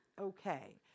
okay